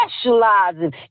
specializing